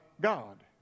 God